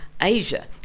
Asia